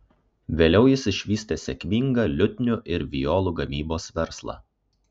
vėliau jis išvystė sėkmingą liutnių ir violų gamybos verslą